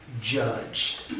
judged